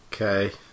Okay